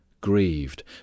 grieved